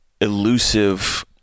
elusive